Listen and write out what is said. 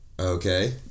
Okay